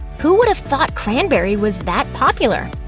who would have thought cranberry was that popular?